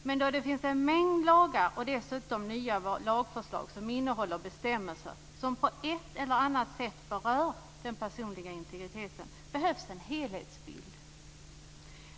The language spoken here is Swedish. Men då det finns en mängd lagar och dessutom nya lagförslag som innehåller bestämmelser som på ett eller annat sätt berör den personliga integriteten behövs en helhetsbild.